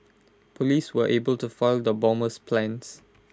Police were able to foil the bomber's plans